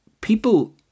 people